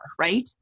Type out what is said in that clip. right